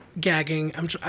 gagging